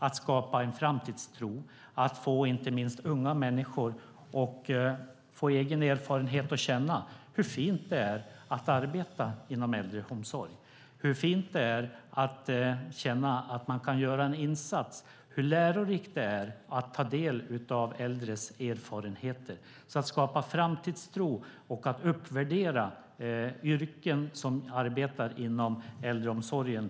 Det handlar om att skapa framtidstro och få inte minst unga människor att skaffa en egen erfarenhet och känna hur fint det är att arbeta inom äldreomsorgen, hur fint det är att kunna göra en insats och hur lärorikt det är att ta del av äldres erfarenheter. Jag tror att det är mycket viktigt att skapa framtidstro och uppvärdera yrkena inom äldreomsorgen.